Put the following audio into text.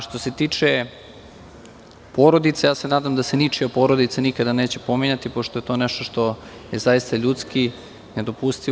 Što se tiče porodice, ja se nadam da se ničija porodica nikada neće pominjati, pošto je to nešto što je zaista ljudski nedopustivo.